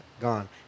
gone